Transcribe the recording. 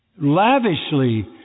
Lavishly